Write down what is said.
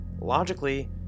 logically